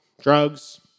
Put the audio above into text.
drugs